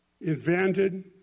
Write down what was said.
invented